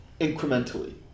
incrementally